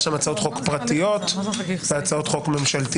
היו שם הצעות חוק פרטיות, הצעות חוק ממשלתיות.